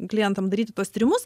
klientam daryti tuos tyrimus